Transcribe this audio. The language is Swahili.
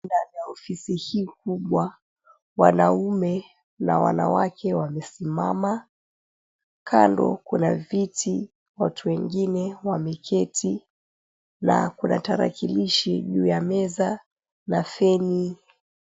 Ya ofisi hii kubwa wanaume na wanawake wamesimama, kando kuna viti, watu wengine wameketi na kuna tarakilishi juu ya meza na feni.